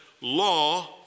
law